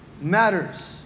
matters